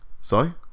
Sorry